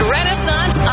Renaissance